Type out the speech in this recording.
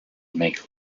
make